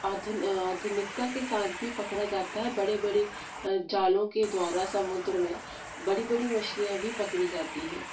आधुन आधुनिकता के साथ भी पकड़ा जाता है बड़े बड़े जालों के द्वारा समुद्र में बड़ी बड़ी मछलियाँ भी पकड़ी जाती हैं